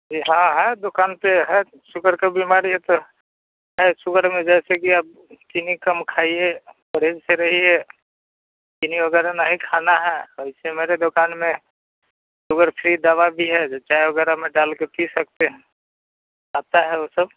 हाँ हाँ दुकान पर है शुगर का बीमारी है तो शुगर में जैसे कि आप चीनी कम खाइए परहेज़ से रहिए चीनी वग़ैरह नहीं खाना है बल्कि मेरी दुकान में शुगर फ़्री दवा भी है जो चाय वग़ैरह में डाल कर पी सकते हैं आता है वह सब